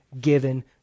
given